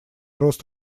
рост